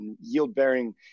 yield-bearing